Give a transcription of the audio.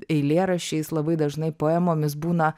eilėraščiais labai dažnai poemomis būna